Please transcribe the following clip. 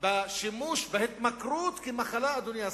את השימוש, את ההתמכרות, כמחלה, אדוני השר.